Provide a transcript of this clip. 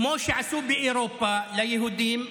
כמו שעשו באירופה ליהודים,